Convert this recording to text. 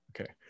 Okay